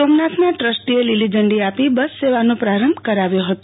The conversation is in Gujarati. સોમનાથના ટસ્ટોઅ લીલીઝડી આપી બસ સેવાનો પારંભ કરાવ્યો હતો